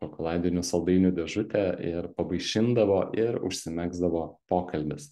šokoladinių saldainių dėžutę ir pavaišindavo ir užsimegzdavo pokalbis